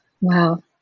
Wow